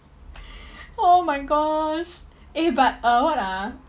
oh my gosh eh but uh what ah